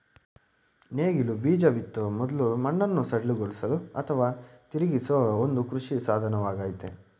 ನೇಗಿಲು ಬೀಜ ಬಿತ್ತೋ ಮೊದ್ಲು ಮಣ್ಣನ್ನು ಸಡಿಲಗೊಳಿಸಲು ಅಥವಾ ತಿರುಗಿಸೋ ಒಂದು ಕೃಷಿ ಸಾಧನವಾಗಯ್ತೆ